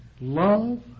love